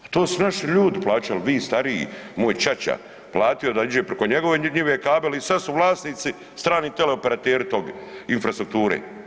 Pa to su naši ljudi plaćali, vi stariji, moj ćaća, platio da ide preko njegove njive kabel i sad su vlasnici strani teleoperateri toga, infrastrukture.